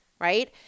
right